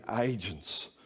agents